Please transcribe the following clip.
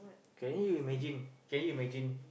can you imagine can you imagine